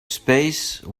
space